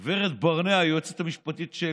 הגב' ברנע, היועצת המשפטית של